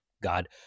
God